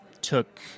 took